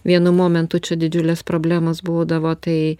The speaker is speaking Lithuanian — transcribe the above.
vienu momentu čia didžiulės problemos buvodavo tai